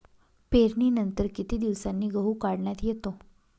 पेरणीनंतर किती दिवसांनी गहू काढण्यात येतो?